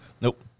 Nope